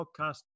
podcast